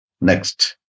Next